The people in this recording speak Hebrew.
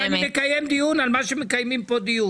אני לא שומע כיוון שאני מקיים דיון על מה שמקיימים כאן דיון.